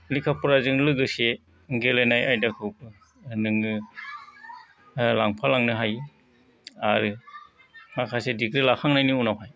लेखा फराजों लोगोसे गेलेनाय आयदाखौबो नों लांफालांनो हायो आरो माखासे डिग्रि लाखांनायनि उनावहाय